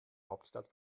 hauptstadt